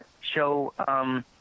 show